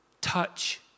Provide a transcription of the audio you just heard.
touch